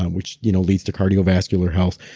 um which you know leads to cardiovascular health.